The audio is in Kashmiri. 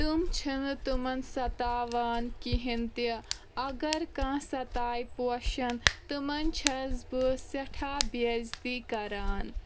تِم چھِنہٕ تِمن ستاوان کہیٖنۍ تہِ اگر کانٛہہ ستایہِ پوشن تِمن چھس بہٕ سٮ۪ٹھاہ بےٚ عزتی کران